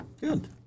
Good